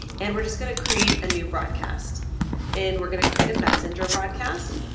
and we're just gonna create a new broadcast and we're gonna create a messenger broadcast.